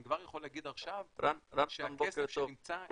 אני כבר יכול להגיד עכשיו שהכסף שנמצא,